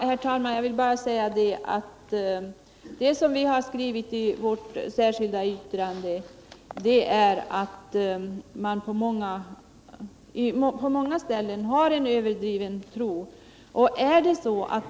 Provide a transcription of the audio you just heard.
Herr talman! Jag vill bara säga att vad vi har skrivit i vårt särskilda yttrande är att det på många ställen i motiveringen finns en överdriven tilltro till de självläkande krafterna.